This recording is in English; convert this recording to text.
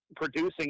producing